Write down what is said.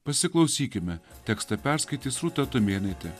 pasiklausykime tekstą perskaitys rūta tumėnaitė